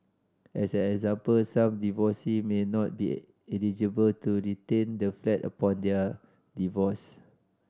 as an example some divorcee may not be eligible to retain the flat upon their divorce